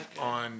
on